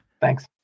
Thanks